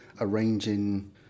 arranging